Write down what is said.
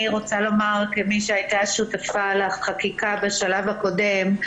אני רוצה לומר כמי שהייתה שותפה לחקיקה בשלב הקודם,